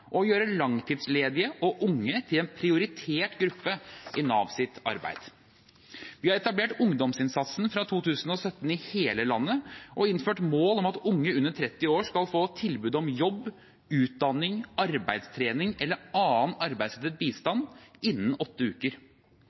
og å gjøre langtidsledige og unge til en prioritert gruppe i Navs arbeid. Vi har etablert ungdomsinnsatsen fra 2017 i hele landet og innført mål om at unge under 30 år skal få tilbud om jobb, utdanning, arbeidstrening eller annen arbeidsrettet bistand innen åtte uker.